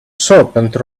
serpent